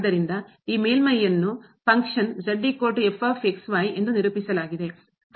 ಆದ್ದರಿಂದ ಈ ಮೇಲ್ಮೈಯನ್ನು ಫಂಕ್ಷನ್ ಕಾರ್ಯ ಎಂದು ನಿರೂಪಿಸಲಾಗಿದೆ